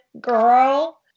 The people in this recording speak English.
girl